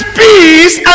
peace